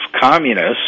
communists